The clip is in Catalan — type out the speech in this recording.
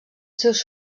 seus